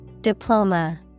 Diploma